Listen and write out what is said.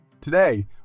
Today